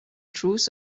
truth